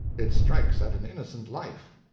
it strikes at an innocent life.